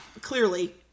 Clearly